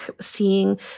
seeing